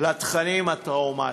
לתכנים הטראומטיים.